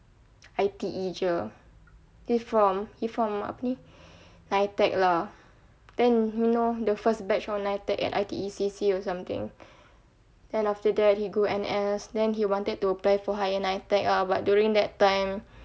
I_T_E jer he's from he from apa ni NITEC lah then you know the first batch of NITEC at I_T_E_C_C or something then after that he go N_S then he wanted to apply for higher NITEC lah but during that time